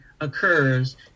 occurs